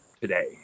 today